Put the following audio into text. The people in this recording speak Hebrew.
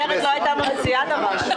בבקשה.